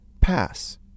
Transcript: pass